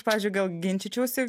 pavyzdžiui gal ginčyčiausi